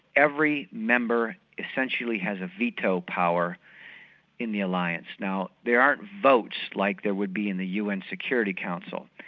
every member essentially has a veto power in the alliance. now there aren't votes like there would be in the un security council,